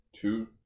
two